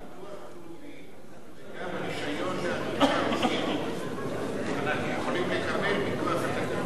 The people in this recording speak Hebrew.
גם ביטוח לאומי וגם רשיון לעריכת-דין אנחנו יכולים לקבל מכוח התקנות.